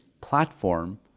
platform